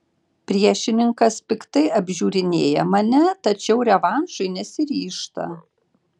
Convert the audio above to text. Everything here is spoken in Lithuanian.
priešininkas piktai apžiūrinėja mane tačiau revanšui nesiryžta